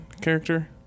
character